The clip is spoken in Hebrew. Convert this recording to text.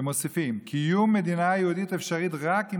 ומוסיפים: "קיום מדינה יהודית אפשרי רק אם